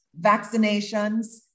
vaccinations